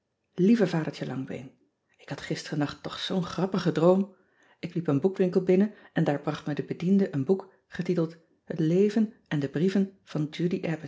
ieve adertje angbeen k had gisteren nacht toch zoo n grappige droom k liep een boekwinkel binnen en daar bracht me de bediende een boek getiteld et leven en de brieven van udy